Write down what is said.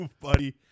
buddy